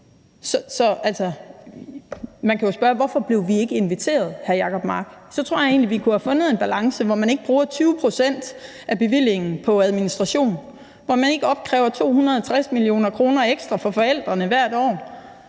tror jeg egentlig, vi kunne have fundet en balance, hvor vi ikke bruger 20 pct. af bevillingen på administration, hvor man ikke opkræver 250 mio. kr. ekstra fra forældrene hvert år